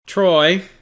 Troy